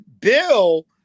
Bill